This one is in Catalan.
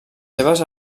seves